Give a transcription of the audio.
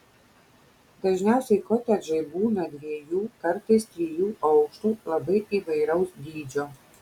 dažniausiai kotedžai būną dviejų kartais trijų aukštų labai įvairaus dydžio